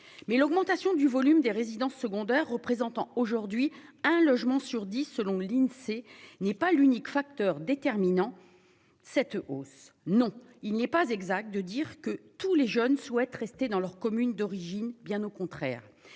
Mais l'augmentation du volume des résidences secondaires représentant aujourd'hui un logement sur 10 selon l'Insee n'est pas l'unique facteur déterminant. Cette hausse non il n'est pas exact de dire que tous les jeunes souhaitent rester dans leur commune d'origine. Bien au contraire,